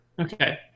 Okay